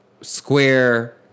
square